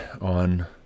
on